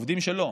העובדים שלו.